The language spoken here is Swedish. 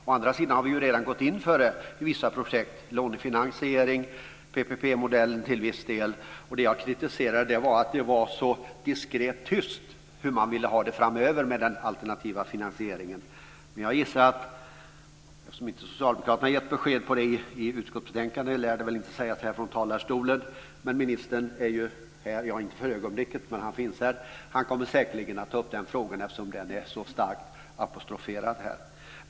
Å andra sidan har vi redan gått in för det i vissa projekt - lånefinansiering och PPP-modellen till viss del. Det som jag kritiserade är att det är så diskret tyst om hur man vill ha det framöver med den alternativa finansieringen. Men eftersom Socialdemokraterna inte har gett besked om det i utskottsbetänkandet lär det väl inte sägas här från talarstolen. Ministern är ju här, även om han inte är det för ögonblicket, och kommer säkerligen att ta upp den frågan eftersom den är så starkt apostroferad här.